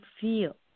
feel